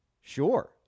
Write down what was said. sure